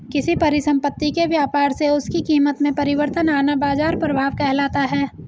किसी परिसंपत्ति के व्यापार से उसकी कीमत में परिवर्तन आना बाजार प्रभाव कहलाता है